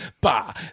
Bah